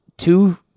Two